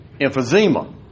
emphysema